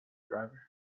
driver